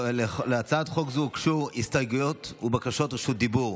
להצעת חוק זו הוגשו הסתייגויות ובקשות רשות דיבור.